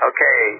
Okay